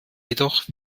jedoch